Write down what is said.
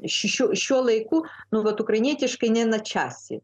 šių laikų nu vat ukrainietiškai